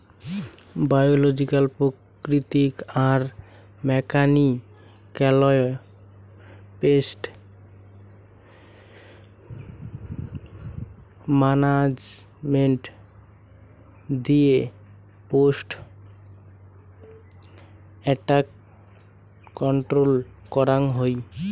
biological প্রাকৃতিক আর মেকানিক্যালয় পেস্ট মানাজমেন্ট দিয়ে পেস্ট এট্যাক কন্ট্রল করাঙ হউ